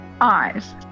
eyes